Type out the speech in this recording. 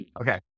Okay